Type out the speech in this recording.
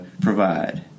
provide